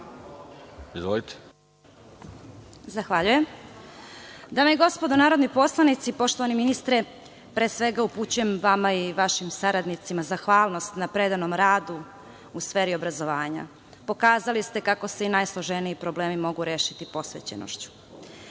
Stojanović** Zahvaljujem. Dame i gospodo narodni poslanici, poštovani ministre, pre svega upućujem vama i vašim saradnicima zahvalnost na predanom radu u sferi obrazovanja. Pokazali ste kako se i najsloženiji problemi mogu rešiti posvećenošću. Predlogom